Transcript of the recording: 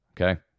Okay